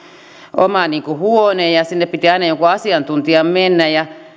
oma huone ja ja sinne piti aina jonkun asiantuntijan mennä